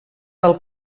del